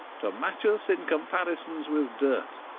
to match us in comparisons with dirt,